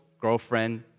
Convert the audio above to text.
girlfriend